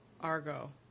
Argo